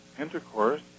intercourse